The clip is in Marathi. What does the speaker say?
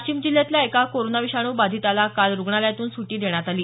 वाशिम जिल्ह्यातल्या एका कोरोना विषाणू बाधिताला काल रुग्णालयातून सुटी देण्यात आली